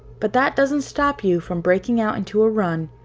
but that doesn't stop you from breaking out into a run,